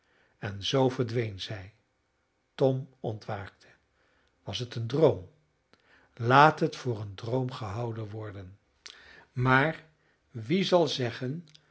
en zoo verdween zij tom ontwaakte was het een droom laat het voor een droom gehouden worden maar wie zal zeggen